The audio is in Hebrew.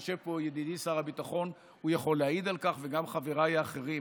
יושב פה ידידי שר הביטחון והוא יכול להעיד על כך וגם חבריי האחרים.